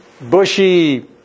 Bushy